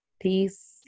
Peace